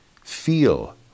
feel